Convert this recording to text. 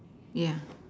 yeah